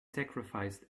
sacrificed